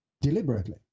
deliberately